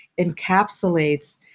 encapsulates